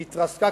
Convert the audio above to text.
היא התרסקה,